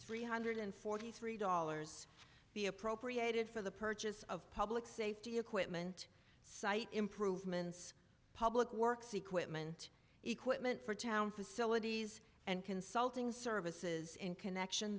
three hundred forty three dollars be appropriated for the purchase of public safety equipment site improvements public works equipment equipment for town facilities and consulting services in connection